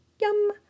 yum